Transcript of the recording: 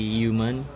human